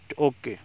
okay